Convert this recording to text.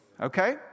Okay